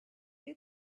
you